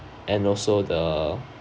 and also the